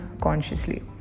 consciously